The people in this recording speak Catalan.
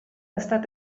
estat